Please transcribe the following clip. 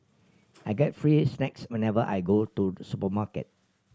I get free snacks whenever I go to supermarket